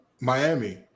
Miami